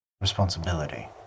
responsibility